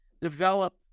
develop